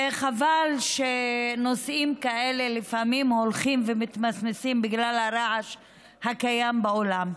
חבל שנושאים כאלה לפעמים הולכים ומתמסמסים בגלל הרעש הקיים באולם.